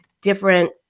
different